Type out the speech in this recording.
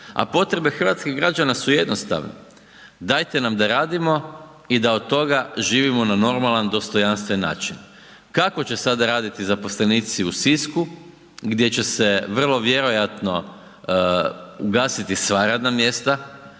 a potrebe hrvatskih građana su jednostavne, dajete nam da radimo i da od toga živimo na normalan dostojanstven način. Kako će sada raditi zaposlenici u Sisku gdje će se vrlo vjerojatno ugasiti sva radna mjesta?